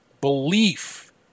belief